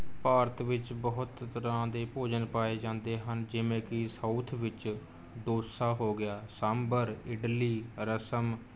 ਭਾਰਤ ਵਿੱਚ ਬਹੁਤ ਤਰ੍ਹਾਂ ਦੇ ਭੋਜਨ ਪਾਏ ਜਾਂਦੇ ਹਨ ਜਿਵੇਂ ਕਿ ਸਾਊਥ ਵਿੱਚ ਡੋਸਾ ਹੋ ਗਿਆ ਸਾਂਬਰ ਇਡਲੀ ਰਸਮ